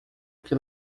que